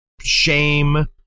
shame